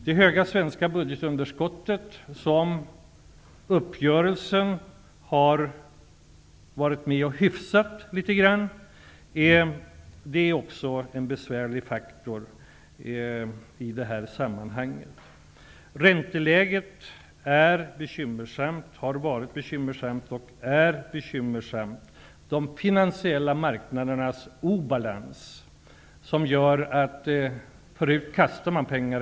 Det höga svenska budgetunderskottet, som hyfsats något i uppgörelserna med Socialdemokraterna, är också en besvärlig faktor i det här sammanhanget. Ränteläget har varit och är bekymmersamt. De finansiella marknadernas obalans har kommit att innebära att goda projekt nu inte ges pengar.